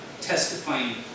testifying